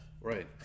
right